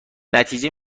نتیجه